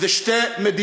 היפרדות לשתי מדינות.